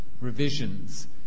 revisions